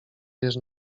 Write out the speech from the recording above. wiesz